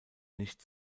nicht